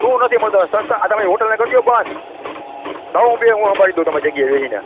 શું નથી મળતો સંસ્થા આ તમારી હોટલને કરી દયો બંધ હું બેહું હું સંભાળી દઉં તમારી જગ્યાએ બેસીને